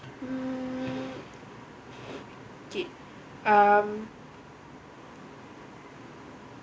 mm K um